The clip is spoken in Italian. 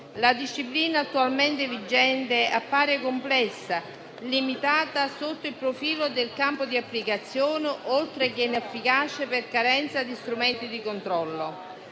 La disciplina attualmente vigente appare complessa, limitata sotto il profilo del campo di applicazione, oltre che inefficace per carenza di strumenti di controllo».